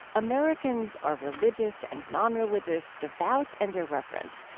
americans are religious and nonreligious, devout and irreverent.